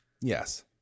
Yes